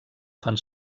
fan